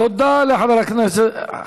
תודה לחבר הכנסת